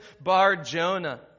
Bar-Jonah